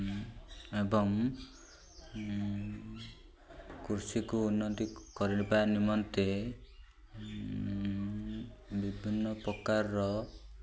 ଏବଂ କୃଷିକୁ ଉନ୍ନତି କରିବା ନିମନ୍ତେ ବିଭିନ୍ନ ପ୍ରକାରର